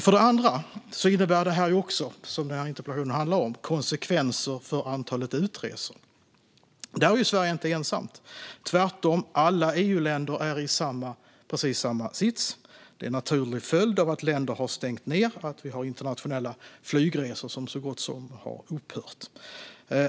För det andra - och det är det som interpellationen handlar om - innebär detta också konsekvenser för antalet utresor. Där är Sverige inte ensamt, utan tvärtom. Alla EU-länder är i precis samma sits. Det är en naturlig följd av att länder har stängt ned och att de internationella flygresorna har så gott som upphört.